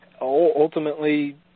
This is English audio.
Ultimately